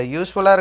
useful